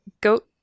goat